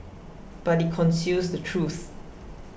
but it conceals the truth